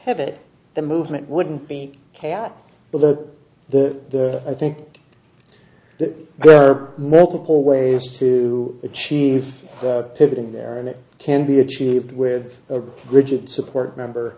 have it the movement wouldn't be ok on the the i think that there are multiple ways to achieve a pivot in there and it can be achieved with a rigid support member